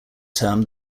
term